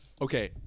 Okay